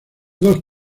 dos